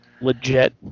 legit